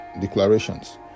declarations